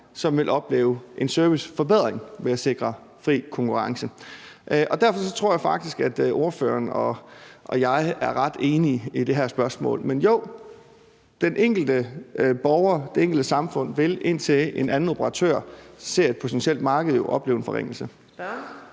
som vil opleve en serviceforbedring, ved at der er sikret fri konkurrence. Derfor tror jeg faktisk, at ordføreren og jeg er ret enige i det her spørgsmål. Men jo, den enkelte borger, det enkelte samfund vil jo, indtil en anden operatør ser et potentielt marked, opleve en forringelse.